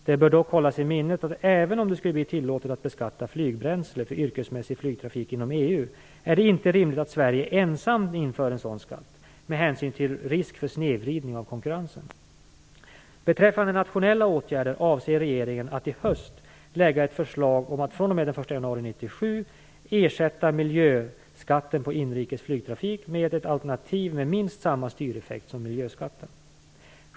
Det bör dock hållas i minnet att även om det skulle bli tillåtet att beskatta flygbränsle för yrkesmässig flygtrafik inom EU är det inte rimligt att Sverige ensamt inför en sådan skatt med hänsyn till risken för en snedvridning av konkurrensen. Beträffande nationella åtgärder avser regeringen att i höst lägga ett förslag om att fr.o.m. den 1 januari 1997 ersätta miljöskatten på inrikes flygtrafik med ett alternativ med minst samma styreffekt som miljöskatten.